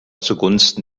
zugunsten